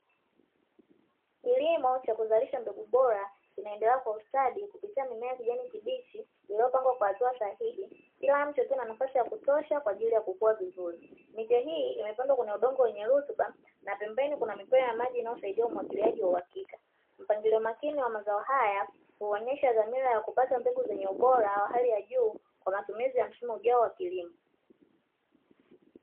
Kilimo cha kuzalisha mbegu bora kinaendelea kwa ustadi kupitia mimea ya kijani kibichi ililopangwa kwa hatua sahihi kila mche ukiwa na nafasi ya kutosha kwa ajili ya kukua vizuri. Miche hii imepandwa kwenye udongo wenye rutuba na pembeni kuna mipira ya maji inayosaidia umwagiliaji wa uhakika, mpangilio makini wa mazao haya kuonyesha dhamira ya kupata mbegu zenye ubora wa hali ya juu kwa matumizi ya msimu ujao wa kilimo.